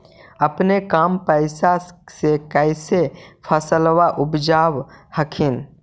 अपने कम पैसा से कैसे फसलबा उपजाब हखिन?